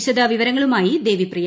വിശദവിവരങ്ങളുമായി ദേവി പ്രിയ